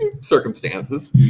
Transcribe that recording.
circumstances